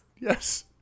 Yes